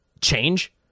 change